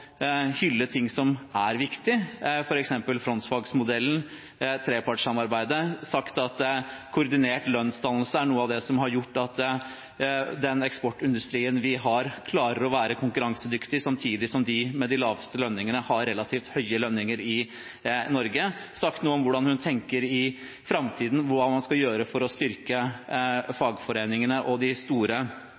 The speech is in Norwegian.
hylle ting som er viktig, f.eks. frontfagsmodellen, trepartssamarbeidet, sagt at koordinert lønnsdannelse er noe av det som har gjort at eksportindustrien vi har, klarer å være konkurransedyktig samtidig som de med de laveste lønningene har relativt høye lønninger i Norge, sagt noe om hvordan hun tenker man i framtiden skal gjøre for å styrke fagforeningene og de store